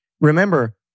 remember